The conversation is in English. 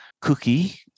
cookie